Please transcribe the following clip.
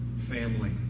family